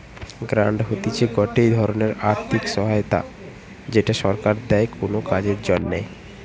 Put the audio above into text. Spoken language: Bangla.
গ্রান্ট হতিছে গটে ধরণের আর্থিক সহায়তা যেটা সরকার দেয় কোনো কাজের জন্যে